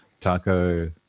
taco